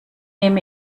nehm